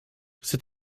cet